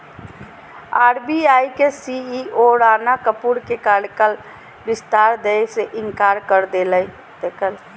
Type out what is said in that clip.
RBI के CEO Rana Kapoor के कार्यकाल विस्तार दय से इंकार कर देलकय